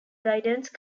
guidance